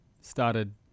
started